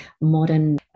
modern